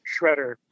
shredder